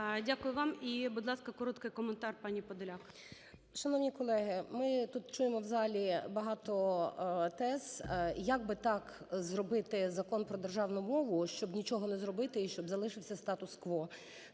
Дякую вам, І, будь ласка, коротко коментар пані Подоляк. 11:31:51 ПОДОЛЯК І.І. Шановні колеги, ми тут чуємо в залі багато тез, як би так зробити Закон про державну мову, щоб нічого не зробити і щоб залишився статус-кво.